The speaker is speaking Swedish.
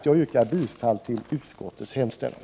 Jag yrkar bifall till utskottets hemställan.